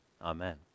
Amen